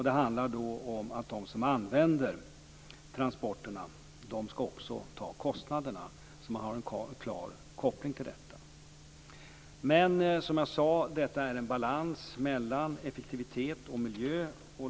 Det handlar om att de som använder transporterna också skall ta kostnaderna, och man har en klar koppling till detta. Som jag tidigare sade är detta en balans mellan effektivitet och miljö.